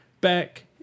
back